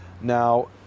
Now